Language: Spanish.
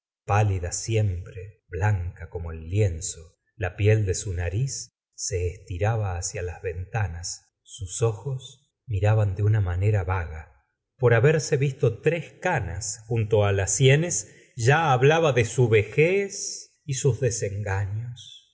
pálida siempre blanca como el lienzo la piel de su nariz se estiraba hacia las ventanas sus ojos miraban de una manera vaga por haberse visto tres canas junto á las sienes ya hablaba de su vejez y sus desengaños